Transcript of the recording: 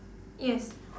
yes